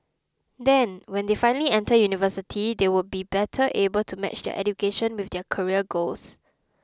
then when they finally enter university they would be better able to match their education with their career goals